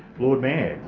lord mayor,